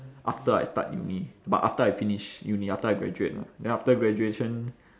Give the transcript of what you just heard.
after I start uni but after I finish uni after I graduate lah then after graduation